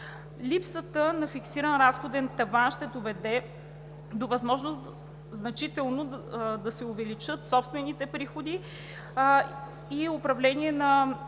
Липсата на фиксиран разходен таван ще доведе до възможност значително да се увеличат собствените приходи и управление на